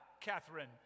Catherine